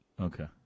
Okay